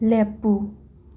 ꯂꯦꯞꯄꯨ